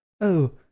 Oh